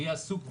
ויהיה עסוק,